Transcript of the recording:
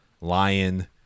lion